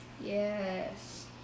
Yes